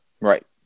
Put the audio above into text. right